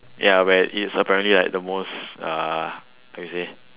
ya where it's apparently like the most uh how to say